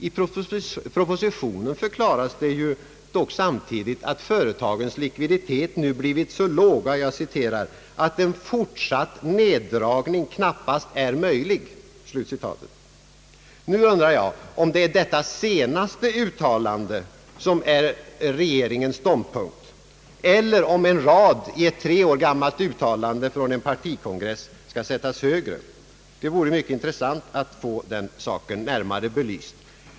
I propositionen förklaras det att företagens likviditet nu har blivit så låg »att en fortsatt neddragning knappast är möjlig». Nu undrar jag om det är detta senaste uttalande som är regeringens ståndpunkt eller om en rad i ett tre år gammalt uttalande från en partikongress skall sättas högre? Det vore mycket intressant att få den saken närmare belyst.